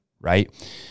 right